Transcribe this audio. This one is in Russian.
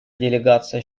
делегация